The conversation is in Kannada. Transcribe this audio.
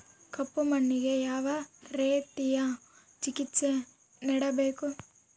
ಕಪ್ಪು ಮಣ್ಣಿಗೆ ಯಾವ ರೇತಿಯ ಚಿಕಿತ್ಸೆ ನೇಡಬೇಕು?